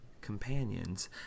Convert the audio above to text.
companions